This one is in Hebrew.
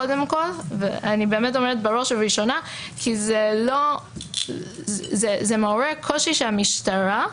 קודם כל כי זה מעורר קושי שהמשטרה,